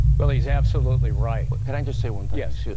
well he's absolutely right. can i just say one thing? yes. yeah